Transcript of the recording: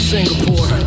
Singapore